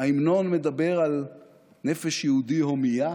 ההמנון מדבר על נפש יהודי הומייה,